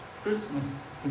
Christmas